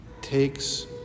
takes